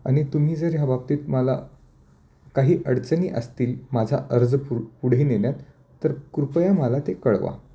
आणि तुम्ही जर ह्या बाबतीत मला काही अडचणी असतील माझा अर्ज पुर पुढे नेण्यात तर कृपया मला ते कळवा